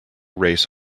race